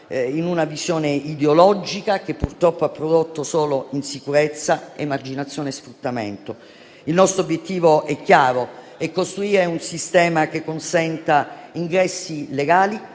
una visione ideologica che purtroppo ha prodotto solo insicurezza, emarginazione e sfruttamento. Il nostro obiettivo è chiaro: è costruire un sistema che consenta ingressi legali